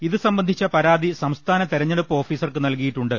ഇത് സംബ ന്ധിച്ച പരാതി സംസ്ഥാന തെരഞ്ഞെടുപ്പ് ഓഫീസർക്ക് നൽകിയി ട്ടുണ്ട്